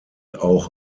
auch